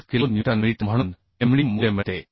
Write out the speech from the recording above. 5 kilo newton metre म्हणून md मूल्य मिळते